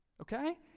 Okay